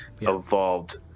evolved